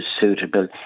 suitable